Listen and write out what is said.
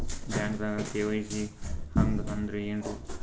ಬ್ಯಾಂಕ್ದಾಗ ಕೆ.ವೈ.ಸಿ ಹಂಗ್ ಅಂದ್ರೆ ಏನ್ರೀ?